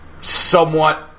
somewhat